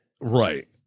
Right